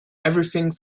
everything